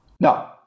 No